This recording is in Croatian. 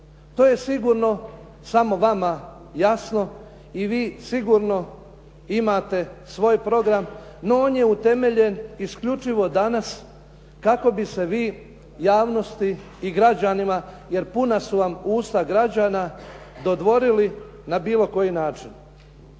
To je sigurno samo vama jasno i vi sigurno imate svoj program no on je utemeljen isključivo danas kako bi se vi javnosti i građanima jer puna su vam usta građana dodvorili na bilo koji način.